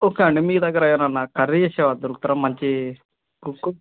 cook అండీ మీ దగ్గిర ఎవరన్నా కర్రీ చేసేవాడు దొరుకుతారా మంచీ కుక్కు